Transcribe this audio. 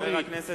לכן,